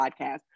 podcast